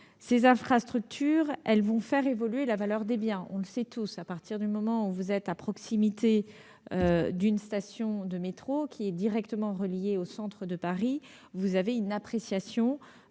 Ces infrastructures vont faire évoluer la valeur des biens. Nous le savons tous, à partir du moment où l'on est à proximité d'une station de métro directement reliée au centre de Paris, on constate une appréciation